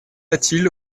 latil